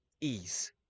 ease